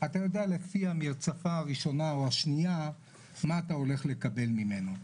אתה יודע לפי המרצפת או הראשונה או השנייה מה אתה הולך לקבל ממנו.